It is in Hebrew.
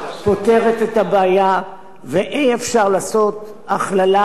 ואי-אפשר לעשות הכללה כללית כזאת בחוק.